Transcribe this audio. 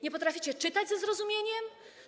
Nie potraficie czytać ze zrozumieniem?